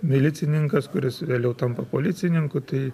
milicininkas kuris vėliau tampa policininku tai